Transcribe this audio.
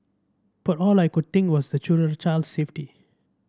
but all I could think was the children's child safety